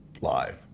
live